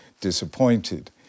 disappointed